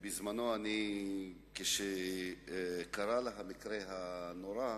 בזמנו, כאשר קרה לה המקרה הנורא,